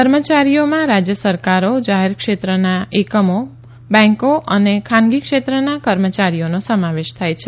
કર્મચારીઓમાં રાજ્ય સરકારો જાહેર ક્ષેત્રના ક ર્મી બેંકો અને ખાનગી ક્ષેત્રના કર્મચારીઓનો સમાવેશ થાય છે